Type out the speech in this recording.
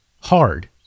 hard